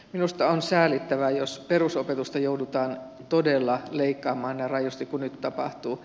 minusta on säälittävää jos perusopetusta joudutaan todella leikkaamaan näin rajusti kuin nyt tapahtuu